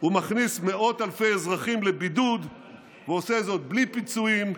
הוא מכניס מאות אלפי אזרחים לבידוד ועושה זאת בלי פיצויים,